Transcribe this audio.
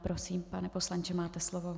Prosím, pane poslanče, máte slovo.